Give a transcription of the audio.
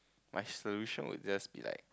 my solution would just be like